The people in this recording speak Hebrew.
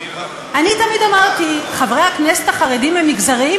אני תמיד אמרתי: חברי הכנסת החרדים הם מגזריים?